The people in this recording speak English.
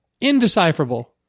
indecipherable